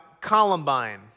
Columbine